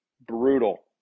brutal